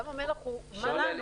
ים המלח הוא שלנו.